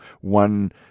one